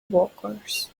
walkers